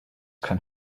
can